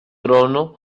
trono